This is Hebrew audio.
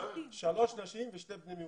שלוש נשים ושני בני מיעוטים.